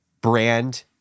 brand